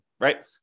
right